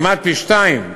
כמעט פי-שניים.